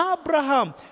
Abraham